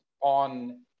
on